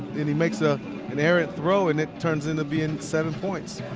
and he makes ah an errant throw and it turns into being seven points.